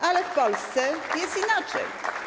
Ale w Polsce jest inaczej.